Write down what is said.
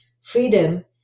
freedom